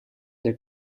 der